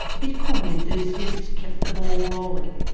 bitcoin enthusiasts kept the ball rolling.